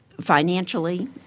financially